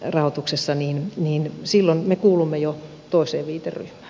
rahoituksessa niin silloin me kuulumme jo toiseen viiteryhmään